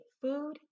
food